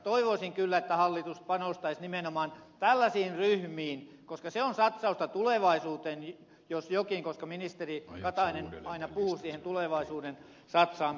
toivoisin kyllä että hallitus panostaisi nimenomaan tällaisiin ryhmiin koska se on satsausta tulevaisuuteen jos jokin kun ministeri katainen aina puhuu siihen tulevaisuuteen satsaamisesta